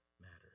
matters